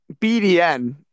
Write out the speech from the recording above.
BDN